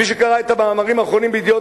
מי שקרא את המאמרים האחרונים ב"ידיעות